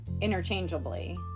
interchangeably